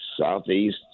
southeast